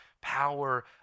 power